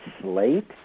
slate